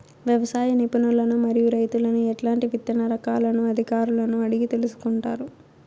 వ్యవసాయ నిపుణులను మరియు రైతులను ఎట్లాంటి విత్తన రకాలను అధికారులను అడిగి తెలుసుకొంటారు?